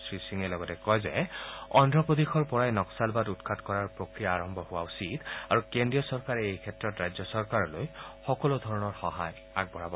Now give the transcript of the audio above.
শ্ৰীসিঙে লগতে কয় যে অদ্ধপ্ৰদেশৰ পৰাই নক্সালবাদ উৎখাত কৰাৰ প্ৰক্ৰিয়া আৰম্ভ হোৱা উচিত আৰু কেন্দ্ৰীয় চৰকাৰে এইক্ষেত্ৰত ৰাজ্য চৰকাৰলৈ সকলো ধৰণৰ সহায় আগবঢ়াব